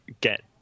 get